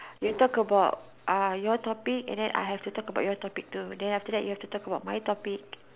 you talk about uh your topic and then I have to talk about your topic too then after that you have to talk about my topic